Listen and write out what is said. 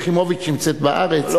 יחימוביץ נמצאת בארץ.